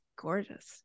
gorgeous